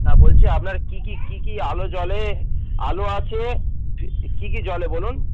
না বলছি আপনার কী কী কী কি আলো জলে আলো আছে কী কী জলে বলুন